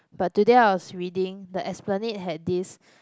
but today I was reading the Esplanade had this